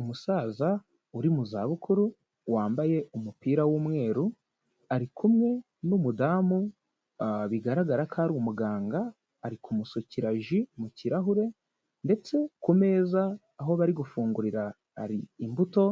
Umusaza uri mu za bukuru wambaye umupira w'umweru, ari kumwe n'umudamu bigaragara ko ari umuganga, ari kumusukira ji mu kirahure, ndetse ku meza aho bari gufungurira hari imbuto